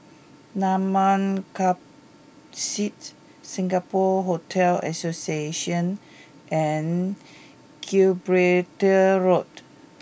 Mamam Campsite Singapore Hotel Association and Gibraltar Road